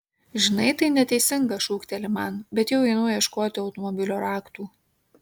žinai tai neteisinga šūkteli man bet jau einu ieškoti automobilio raktų